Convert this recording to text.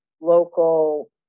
local